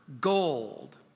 gold